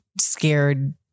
scared